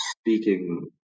speaking